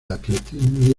atletismo